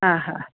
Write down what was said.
हा हा